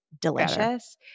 delicious